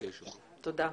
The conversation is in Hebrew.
תודה.